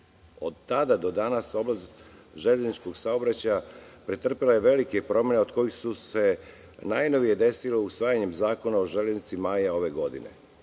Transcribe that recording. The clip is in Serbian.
Od tada do danas oblast železničkog saobraćaja pretrpela je velike promene od kojih su se najnovije desile usvajanjem Zakona o železnici maja ove godine.